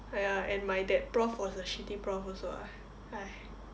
!aiya! and my that prof was a shitty prof also ah !hais!